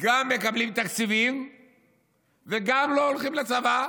גם מקבלים תקציבים וגם לא הולכים לצבא.